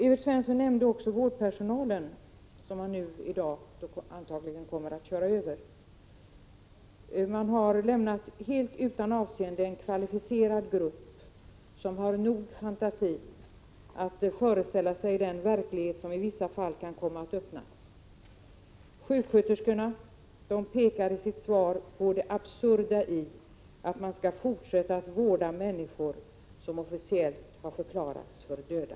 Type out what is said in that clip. Evert Svensson nämnde också vårdpersonalen, som riksdagen i dag antagligen kommer att köra över. Majoriteten har lämnat helt utan avseende en kvalificerad grupp, som har nog fantasi att föreställa sig den verklighet som i vissa fall kan komma att öppnas. Sjuksköterskorna pekar i sitt svar på det absurda i att fortsätta vårda människor som officiellt har förklarats döda.